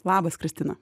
labas kristina